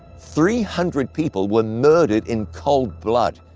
three hundred people were murdered in cold blood,